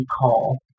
call